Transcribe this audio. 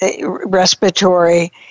respiratory